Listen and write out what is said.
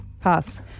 Pass